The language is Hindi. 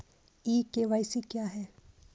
ई के.वाई.सी क्या है?